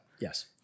Yes